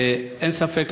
אין ספק,